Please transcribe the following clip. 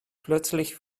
plötzlich